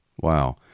wow